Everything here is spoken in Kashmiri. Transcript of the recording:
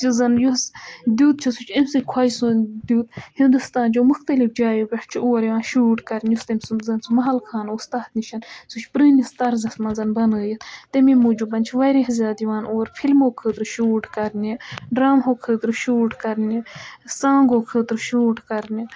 تہِ زَن یُس دیُت چھُ سُہ چھُ امہِ سۭتۍ خۄجہِ سُنٛد دیُت ہِندوستانچو مُختٔلِف جایو پٮ۪ٹھ چھُ اور یِوان شوٗٹ کَرنہٕ یُس تٔمۍ سُنٛد زَن سُہ مَحل خان اوس تَتھ نِش سُہ چھُ پرٛٲنِس طرزَس منٛز بَنٲوِتھ تَمے موٗجوٗب چھِ واریاہ زیادٕ یِوان اور فِلمو خٲطرٕ شوٗٹ کَرنہِ ڈرٛامہو خٲطرٕ شوٗٹ کَرنہِ سانٛگو خٲطرٕ شوٗٹ کَرنہِ